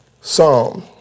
Psalm